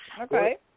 Okay